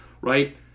Right